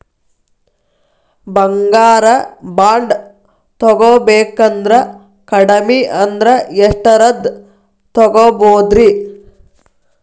ಬಂಗಾರ ಬಾಂಡ್ ತೊಗೋಬೇಕಂದ್ರ ಕಡಮಿ ಅಂದ್ರ ಎಷ್ಟರದ್ ತೊಗೊಬೋದ್ರಿ?